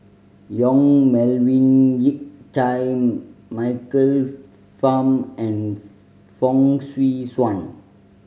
Yong Melvin Yik Chye Michael Fam and Fong Swee Suan